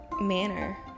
manner